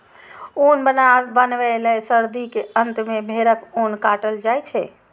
ऊन बनबै लए सर्दी के अंत मे भेड़क ऊन काटल जाइ छै